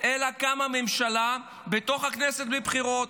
אלא קמה ממשלה בתוך הכנסת בלי בחירות.